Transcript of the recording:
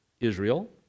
Israel